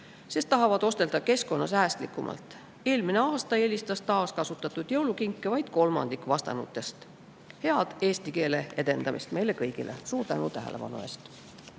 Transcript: sest tahavad ostelda keskkonnasäästlikumalt. Eelmine aasta eelistas taaskasutatud jõulukinke vaid kolmandik vastanutest. Head eesti keele edendamist meile kõigile! Suur tänu tähelepanu eest!